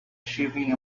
shaving